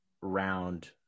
round